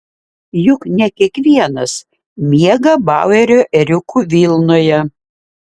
juk ne kiekvienas miega bauerio ėriukų vilnoje